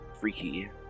Freaky